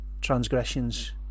transgressions